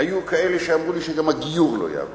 היו כאלה שאמרו לי שגם הגיור לא יעבור.